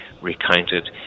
recounted